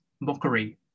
mockery